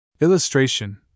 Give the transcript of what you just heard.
illustration